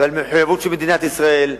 ועל המחויבות של מדינת ישראל,